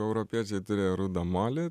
europiečiai turi rudą molį